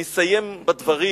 אני אסיים בדברים